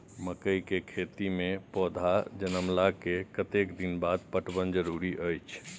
मकई के खेती मे पौधा जनमला के कतेक दिन बाद पटवन जरूरी अछि?